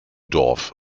dorf